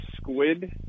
squid